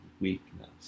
weakness